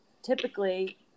Typically